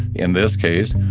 in this case,